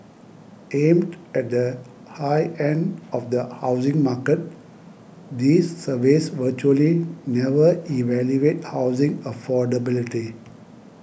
aimed at the high end of the housing market these surveys virtually never evaluate housing affordability